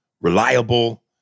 reliable